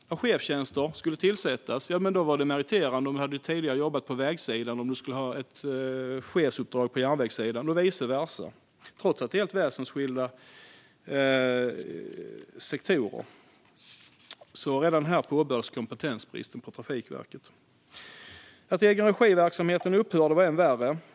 När chefstjänster skulle tillsättas var det meriterande om man på järnvägssidan kom från vägsidan och vice versa, trots att dessa är väsensskilda. Redan här påbörjades kompetensbristen på Trafikverket. Att egenregiverksamheten upphörde var än värre.